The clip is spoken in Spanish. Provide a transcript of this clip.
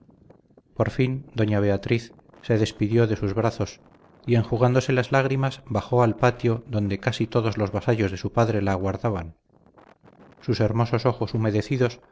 por fin doña beatriz se desprendió de sus brazos y enjugándose las lágrimas bajó al patio donde casi todos los vasallos de su padre la aguardaban sus hermosos ojos humedecidos